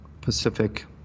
pacific